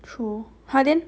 true !huh! then